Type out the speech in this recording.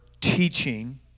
teaching